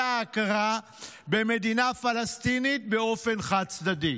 ההכרה במדינה פלסטינית באופן חד-צדדי.